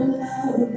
love